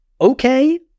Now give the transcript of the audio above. Okay